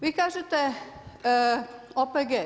Vi kažete OPG.